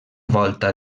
volta